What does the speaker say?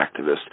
activist